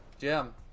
Jim